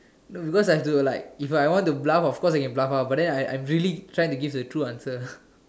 because I have to like if I want to bluff of course I can bluff ah but I'm really trying to give the true answer